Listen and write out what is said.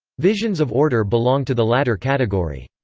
visions of order belong to the latter category.